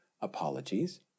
Apologies